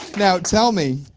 now tell me,